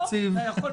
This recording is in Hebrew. אוחנה,